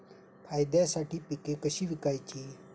फायद्यासाठी पिके कशी विकायची?